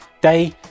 day